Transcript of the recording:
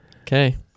Okay